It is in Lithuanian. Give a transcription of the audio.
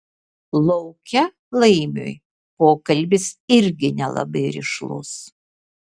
lauke laimiui pokalbis irgi nelabai rišlus